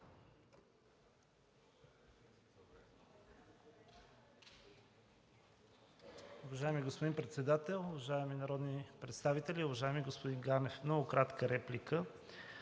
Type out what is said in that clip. Уважаеми господин Председател, уважаеми народни представители! Уважаеми господин Ганев, много кратка реплика.